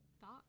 thought